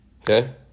Okay